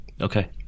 Okay